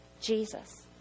Jesus